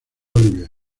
olivier